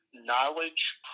knowledge